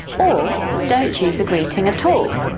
or don't use a greeting at all.